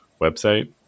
website